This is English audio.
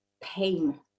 pain